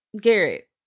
garrett